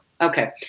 Okay